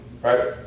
right